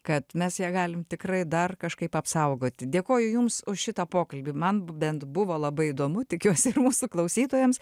kad mes ją galim tikrai dar kažkaip apsaugoti dėkoju jums už šitą pokalbį man bent buvo labai įdomu tikiuosi ir mūsų klausytojams